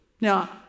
Now